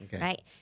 right